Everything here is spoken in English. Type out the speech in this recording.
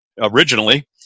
Originally